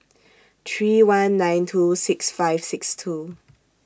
three one nine two six five six two